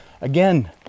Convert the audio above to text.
Again